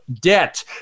debt